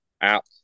app